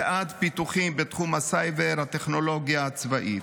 ועד פיתוחים בתחום הסייבר והטכנולוגיה הצבאית.